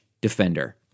Defender